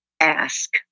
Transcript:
ask